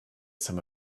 some